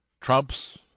trumps